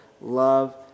love